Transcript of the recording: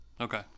okay